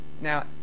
Now